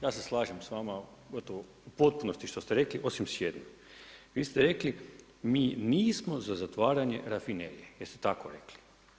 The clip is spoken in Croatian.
Ja se slažem s vama gotovo u potpunosti što ste rekli, osim s jednim, vi ste rekli mi nismo za zatvaranje rafinerije, jeste tako rekli?